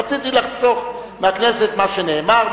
רציתי לחסוך מהכנסת מה שנאמר.